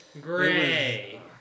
Gray